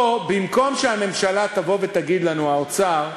פה, במקום שהממשלה תבוא ותגיד לנו, האוצר: